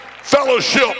fellowship